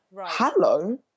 hello